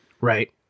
Right